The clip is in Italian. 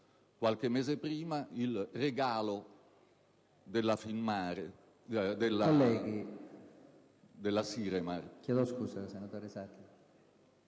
qualche mese prima il regalo della Siremar.